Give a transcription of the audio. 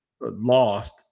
lost